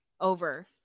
over